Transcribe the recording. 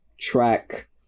track